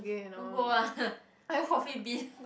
don't go ah go coffee-bean